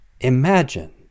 Imagine